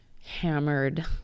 hammered